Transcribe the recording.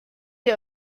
ihr